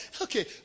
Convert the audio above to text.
Okay